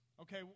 Okay